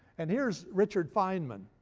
and here's richard feynman.